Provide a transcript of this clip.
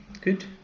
Good